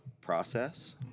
process